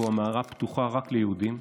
שבו המערה פתוחה רק ליהודים.